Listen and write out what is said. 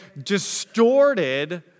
distorted